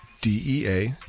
DEA